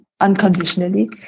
unconditionally